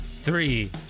three